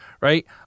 right